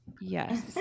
yes